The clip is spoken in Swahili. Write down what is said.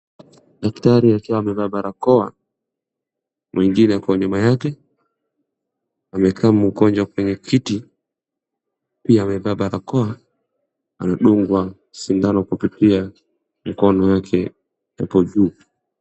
daktari akiwa amevaa barakoa mwingine ako nyuma yake amekaa mgonjwa kwenye kiti pia amevaa barakoa anadungwa sindano katika mkono wake wa juu